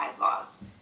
laws